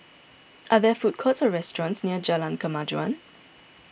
are there food courts or restaurants near Jalan Kemajuan